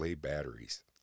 batteries